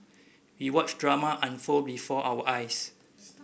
we watched drama unfold before our eyes